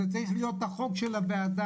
זה צריך להיות החוק של הוועדה.